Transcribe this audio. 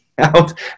out